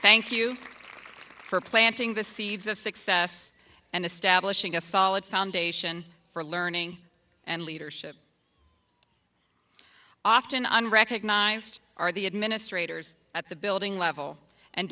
thank you for planting the seeds of success and establishing a solid foundation for learning and leadership often unrecognized are the administrators at the building level and